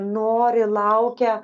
nori laukia